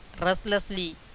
restlessly